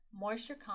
Moisture